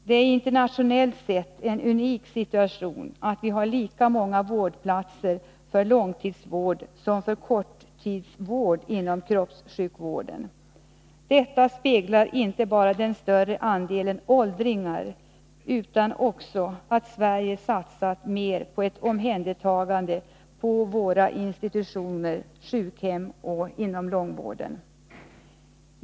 Det är internationellt sett en unik situation att vi har lika många vårdplatser för långtidsvård som för korttidsvård inom kroppssjukvården. Detta speglar inte bara den större andelen åldringar utan också att Sverige satsat mer på ett omhändertagande på våra institutioner, på våra sjukhem och inom långvården.